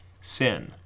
sin